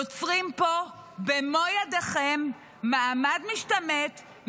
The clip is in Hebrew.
יוצרים פה במו ידיכם מעמד משתמט,